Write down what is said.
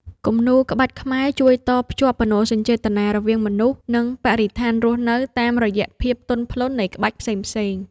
គំនូរក្បាច់ខ្មែរជួយតភ្ជាប់មនោសញ្ចេតនារវាងមនុស្ស និងបរិស្ថានរស់នៅតាមរយៈភាពទន់ភ្លន់នៃក្បាច់ផ្សេងៗ។